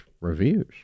reviews